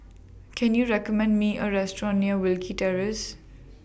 Can YOU recommend Me A Restaurant near Wilkie Terrace